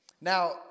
Now